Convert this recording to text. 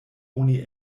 oni